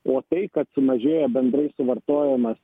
o tai kad sumažėja bendrai suvartojimas